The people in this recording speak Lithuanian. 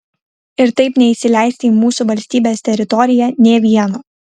ir taip neįsileisti į mūsų valstybės teritoriją nė vieno